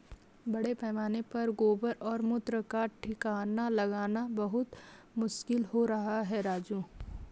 बड़े पैमाने पर गोबर और मूत्र का ठिकाना लगाना बहुत मुश्किल हो रहा है राजू